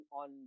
on